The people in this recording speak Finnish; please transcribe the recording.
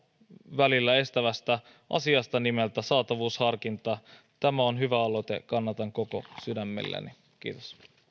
välillä estävästä asiasta nimeltä saatavuusharkinta tämä on hyvä aloite kannatan koko sydämelläni kiitos